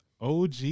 OG